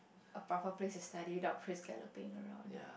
a proper place to study without priests galloping around